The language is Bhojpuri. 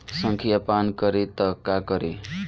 संखिया पान करी त का करी?